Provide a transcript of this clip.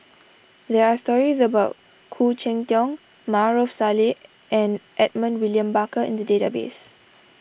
there are stories about Khoo Cheng Tiong Maarof Salleh and Edmund William Barker in the database